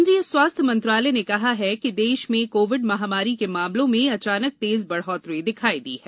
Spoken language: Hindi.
केंद्रीय स्वास्थ्य मंत्रालय ने कहा है कि देश में कोविड महामारी के मामलों में अचानक तेज बढोतरी दिखाई दी है